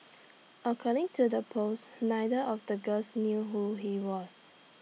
according to the post neither of the girls knew who he was